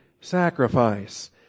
sacrifice